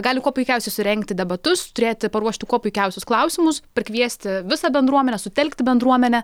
gali kuo puikiausiai surengti debatus turėti paruošti kuo puikiausius klausimus prikviesti visą bendruomenę sutelkti bendruomenę